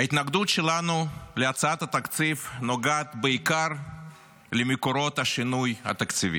ההתנגדות שלנו להצעת התקציב נוגעת בעיקר למקורות השינוי התקציבי.